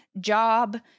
job